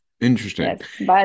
Interesting